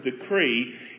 decree